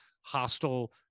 hostile